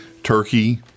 turkey